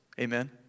Amen